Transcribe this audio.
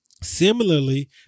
Similarly